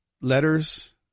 letters